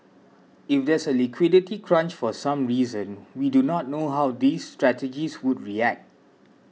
if there's a liquidity crunch for some reason we do not know how these strategies would react